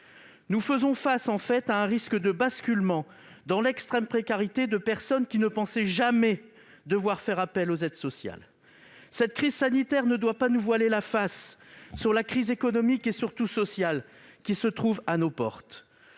Nous faisons face à un risque de basculement dans l'extrême précarité de personnes qui ne pensaient jamais devoir recourir aux aides sociales. Cette crise sanitaire ne doit pas nous cacher la crise économique, et surtout sociale, qui se trouve à nos portes.